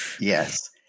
Yes